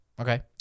Okay